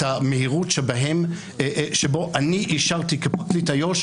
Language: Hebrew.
את המהירות שבו אני אישרתי כפרקליט איו"ש,